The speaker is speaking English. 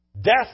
Death